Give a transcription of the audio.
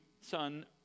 son